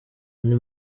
andi